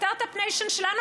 הסטרטאפ ניישן שלנו,